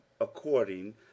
according